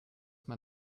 man